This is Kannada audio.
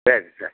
ಸರಿ ಸರ್